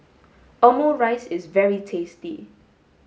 omurice is very tasty